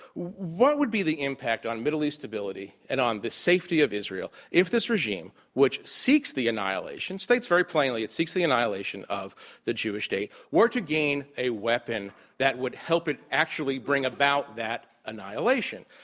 what would be the impact on middle east stability and on the safety of israel if this regime which seeks their annihilation, states very plainly it seeks the annihilation of the jewish state, were to gain a weapon that would help it actually bring about that annihilation?